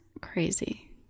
crazy